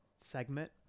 segment